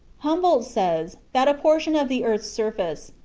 humboldt says that a portion of the earth's surface,